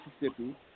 Mississippi